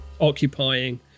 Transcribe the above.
occupying